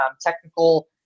technical